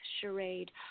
charade